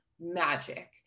magic